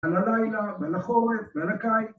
‫על הלילה ועל החורף ועל הקיץ.